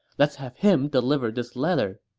let's have him deliver this letter.